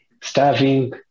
Starving